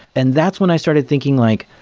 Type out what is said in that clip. and that's when i started thinking like,